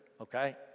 okay